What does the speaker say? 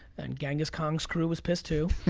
and genghis khan's crew was pissed, too.